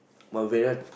well very hard